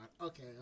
okay